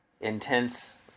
intense